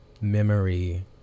memory